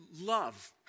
love